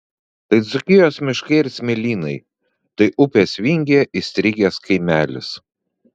tai dzūkijos miškai ir smėlynai tai upės vingyje įstrigęs kaimelis